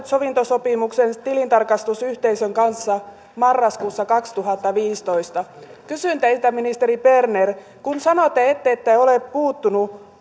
sovintosopimuksen tilintarkastusyhteisön kanssa marraskuussa kaksituhattaviisitoista kysyn teiltä ministeri berner kun sanotte ettette ole puuttunut